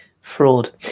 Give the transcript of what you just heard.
Fraud